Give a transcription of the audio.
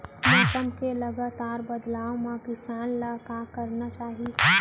मौसम के लगातार बदलाव मा किसान ला का करना चाही?